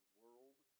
world